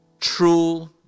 True